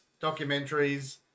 documentaries